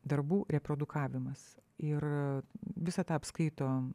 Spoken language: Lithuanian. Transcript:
darbų reprodukavimas ir visą tą apskaito